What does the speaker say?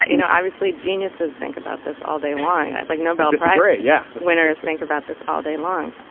ah you know obviously geniuses think about this all day long. like nobel disagree. yeah winners. think about this all day long.